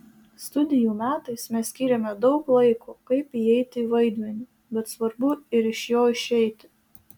studijų metais mes skyrėme daug laiko kaip įeiti į vaidmenį bet svarbu ir iš jo išeiti